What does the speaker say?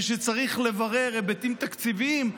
ושצריך לברר היבטים תקציביים,